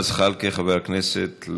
חבר הכנסת ג'מאל זחאלקה,